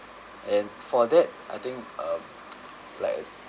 and for that I think um like